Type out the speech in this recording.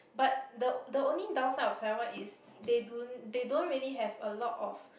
but the the only downside of Taiwan is they do they don't really have a lot of